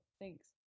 thanks